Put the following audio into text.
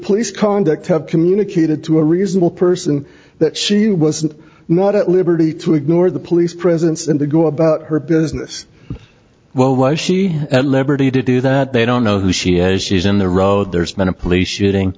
police conduct have communicated to a reasonable person that she wasn't not at liberty to ignore the police presence and to go about her business well was she at liberty to do that they don't know who she has she's in the road there's been a police shooting